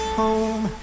home